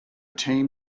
team